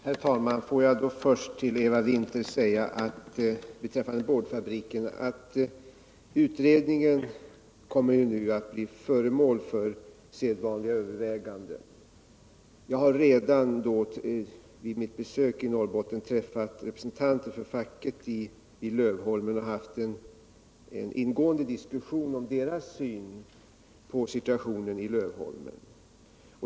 Herr talman! Får jag först till Eva Winther säga beträffande boardfabriken, att utredningen nu kommer att bli föremål för sedvanliga överväganden. Jag har redan vid mitt besök i Norrbotten träffat representanter för facket i Lövholmen och haft en ingående diskussion om deras syn på situationen i Lövholmen.